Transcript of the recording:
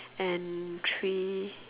and three